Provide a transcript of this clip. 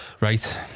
Right